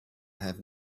have